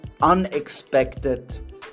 unexpected